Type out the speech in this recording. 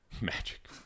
magic